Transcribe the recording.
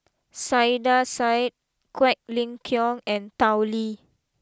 Saiedah Said Quek Ling Kiong and Tao Li